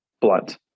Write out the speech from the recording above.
blunt